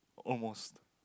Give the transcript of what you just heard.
almost